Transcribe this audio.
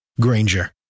Granger